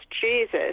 Jesus